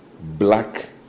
black